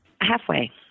Halfway